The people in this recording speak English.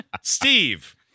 Steve